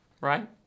right